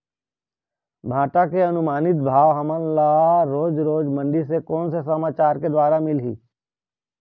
भांटा के अनुमानित भाव हमन ला रोज रोज मंडी से कोन से समाचार के द्वारा मिलही?